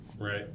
Right